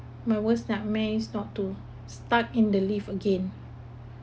my worst nightmare is not stuck in the lift again